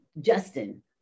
Justin